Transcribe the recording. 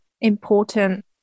important